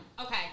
Okay